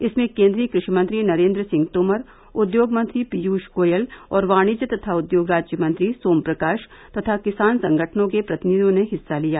इसमें केन्द्रीय कृषि मंत्री नरेन्द्र सिंह तोमर उद्योग मंत्री पीयूष गोयल और वाणिज्य तथा उद्योग राज्य मंत्री सोम प्रकाश तथा किसान संगठनों के प्रतिनिधियों ने हिस्सा लिया